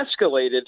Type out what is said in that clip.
escalated